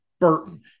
Burton